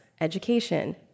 education